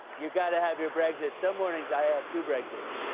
you gotta have your brexit. some mornings, i have two brexits.